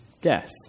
death